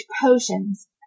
potions